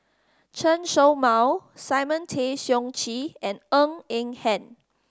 Chen Show Mao Simon Tay Seong Chee and Ng Eng Hen